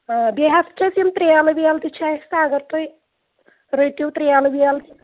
آ بیٚیہِ حظ چھِ اَسہِ یِم ترٛیلہٕ ویلہٕ تہِ چھِ اَسہِ تہٕ اگر تُہۍ رٔٹِو ترٛیلہٕ ویلہٕ